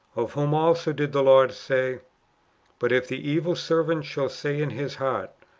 of whom also did the lord say but if the evil servant shall say in his heart.